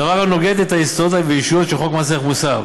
דבר הנוגד את יסודותיו ואישיותו של חוק מס ערך מוסף.